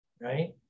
right